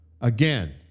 Again